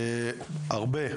הרבה,